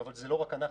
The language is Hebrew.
אבל זה לא רק אנחנו,